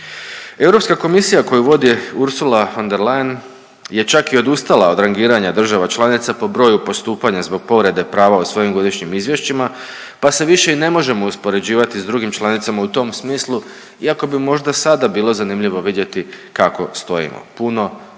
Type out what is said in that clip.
Europska komisija koju vodi Ursula von der Leyen je čak i odustala od rangiranja država članica po broju postupanja zbog povrede prava u svojim godišnjim izvješćima pa se više i ne možemo uspoređivati s drugim članicama u tom smislu iako bi možda sada bilo zanimljivo vidjeti kako stojimo. Puno